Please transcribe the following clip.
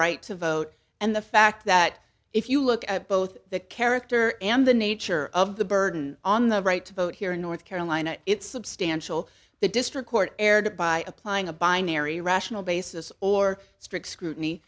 right to vote and the fact that if you look at both the character and the nature of the burden on the right to vote here in north carolina it's substantial the district court erred by applying a binary rational basis or strict scrutiny